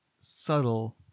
subtle